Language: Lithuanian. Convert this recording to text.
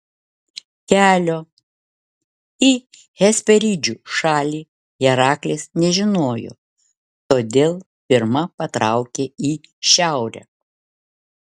kelio į hesperidžių šalį heraklis nežinojo todėl pirma patraukė į šiaurę